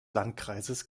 landkreises